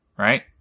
Right